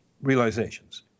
realizations